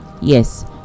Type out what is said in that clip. yes